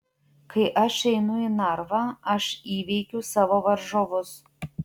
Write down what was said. kai aš einu į narvą aš įveikiu savo varžovus